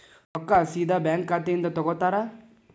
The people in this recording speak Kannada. ರೊಕ್ಕಾ ಸೇದಾ ಬ್ಯಾಂಕ್ ಖಾತೆಯಿಂದ ತಗೋತಾರಾ?